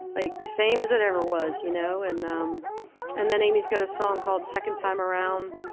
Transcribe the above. like same as it ever was you know and um and then amy's got a song called second time around.